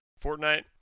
Fortnite